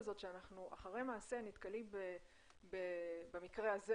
הזאת שאנחנו אחרי מעשה נתקלים במקרה הזה,